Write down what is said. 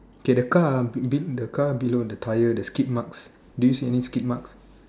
okay the car be be the car below the tire the skit marks do you see any skit marks